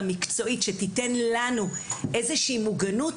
המקצועית שתיתן לנו איזושהי מוגנות,